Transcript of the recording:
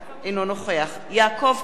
אינו נוכח יעקב כץ,